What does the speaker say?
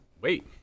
wait